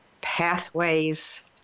Pathways